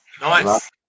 Nice